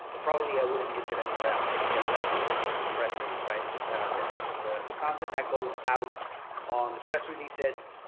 probably i wouldn't use it anywhere else, because that's the whole point of a press release, right? it's ah the the content that goes out on the press releases,